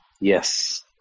Yes